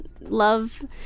love